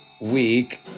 week